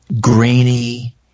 grainy